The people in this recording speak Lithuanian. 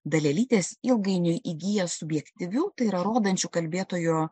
dalelytės ilgainiui įgyja subjektyvių tai yra rodančių kalbėtojo